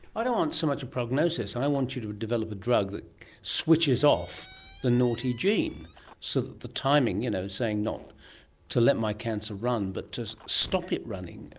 i don't want so much a prognosis, i want you to develop a drug that switches off the naughty gene so that the timing. you know, not to let my cancer run but to stop it running,